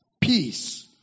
peace